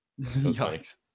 Yikes